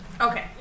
Okay